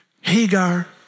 Hagar